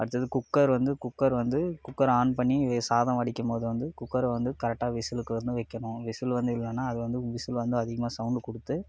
அடுத்தது குக்கர் வந்து குக்கர் வந்து குக்கரை ஆன் பண்ணி சாதம் வடிக்கும் போது வந்து குக்கரை வந்து கரெக்டா விசிலுக்கு வந்து வைக்கணும் விசில் வந்து இல்லனா அது வந்து விசில் வந்து அதிகமாக சவுண்டு கொடுத்து